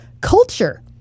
culture